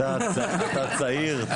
אתה צעיר.